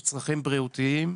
יש צרכים בריאותיים,